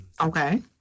Okay